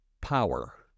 power